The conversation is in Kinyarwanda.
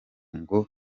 ngo